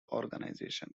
organization